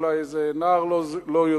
אולי איזה נער לא יודע,